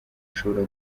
ashobora